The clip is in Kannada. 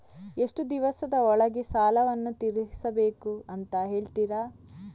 ಎಷ್ಟು ದಿವಸದ ಒಳಗೆ ಸಾಲವನ್ನು ತೀರಿಸ್ಬೇಕು ಅಂತ ಹೇಳ್ತಿರಾ?